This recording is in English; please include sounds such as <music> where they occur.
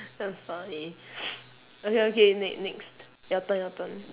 damn funny <noise> okay okay ne~ next your turn your turn